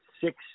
six